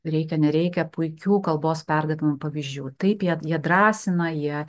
reikia nereikia puikių kalbos perdavimo pavyzdžių taip jie jie drąsina jie